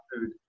food